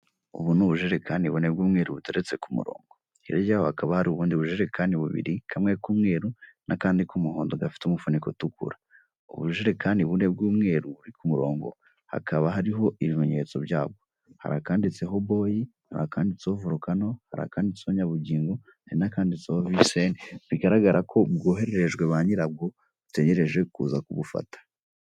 Ubu ni nubujerekani bune bw'umweru buteretse ku murongo, hirya hakaba hari ubujerekani bubiri, kamwe k'umweru, n'akandi k'umuhondo gafite umufuniko utukura, ubu bujerekani bune bw'umweru buri ku murongo hakaba hariho ibimenyetso byabwo, hari akanditseho boyi, hari kakanditseho, nyabugingo, hari n'akanditseho viseni, bigaragara ko bwoherehejwe ba nyirabwo bategereje kuza kubufata.